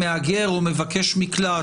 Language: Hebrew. מהגר או מבקש מקלט,